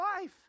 life